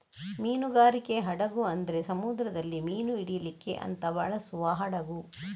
ಮೀನುಗಾರಿಕೆ ಹಡಗು ಅಂದ್ರೆ ಸಮುದ್ರದಲ್ಲಿ ಮೀನು ಹಿಡೀಲಿಕ್ಕೆ ಅಂತ ಬಳಸುವ ಹಡಗು